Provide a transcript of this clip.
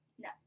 No